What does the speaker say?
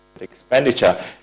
expenditure